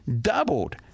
doubled